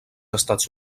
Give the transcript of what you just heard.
estats